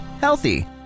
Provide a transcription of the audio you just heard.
healthy